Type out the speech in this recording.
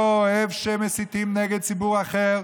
לא אוהב שמסיתים נגד ציבור אחר,